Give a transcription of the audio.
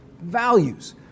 values